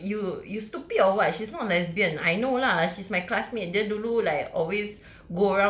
like you you stupid or what she's not lesbian I know lah she's my classmate dia dulu like always